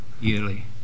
yearly